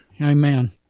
Amen